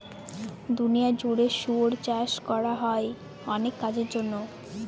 দুনিয়া জুড়ে শুয়োর চাষ করা হয় অনেক কাজের জন্য